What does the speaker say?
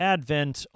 Advent